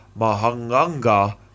Mahanganga